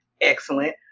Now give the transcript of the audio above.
Excellent